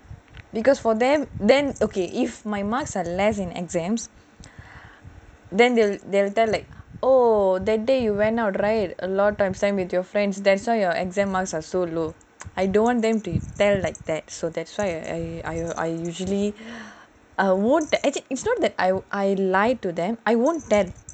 because for them then okay if my months are left with exams then they will tell like oh that day you went out right a lot of time same with your friends that's why your exam marks are so low I don't want them to tell like that so that's why I say I usually it's not that I like to lie to them I won't tell